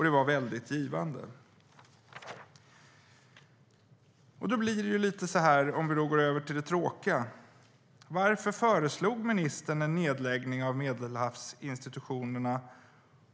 Det var mycket givande. Om vi då går över till det tråkiga: Varför föreslog ministern en nedläggning av Medelhavsinstituten?